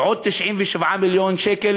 ועוד 97 מיליון שקל